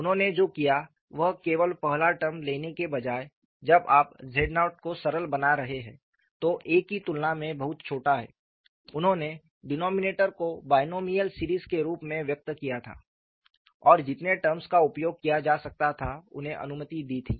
उन्होंने जो किया वह केवल पहला टर्म लेने के बजाय जब आप z0 को सरल बना रहे हैं तो a की तुलना में बहुत छोटा है उन्होंने डिनोमिनेटर को बायनोमिअल सीरीज के रूप में व्यक्त किया था और जितने टर्म्स का उपयोग किया जा सकता था उन्हें अनुमति दी थी